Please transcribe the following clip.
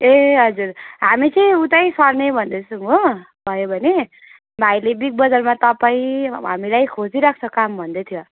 ए हजुर हामी चाहिँ उतै सर्ने भन्दैछौँ हो भयो भने भाइले बिग बजारमा तपाईँ हामीलाई खोजिरहेको छ काम भन्दैथ्यो